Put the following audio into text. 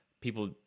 people